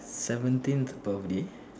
seventeenth birthday